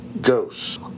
ghosts